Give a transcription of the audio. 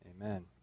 Amen